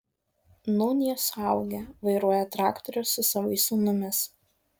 nūn jie suaugę vairuoja traktorius su savais sūnumis